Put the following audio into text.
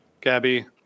Gabby